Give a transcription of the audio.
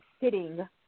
sitting